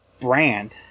brand